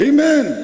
Amen